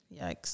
Yikes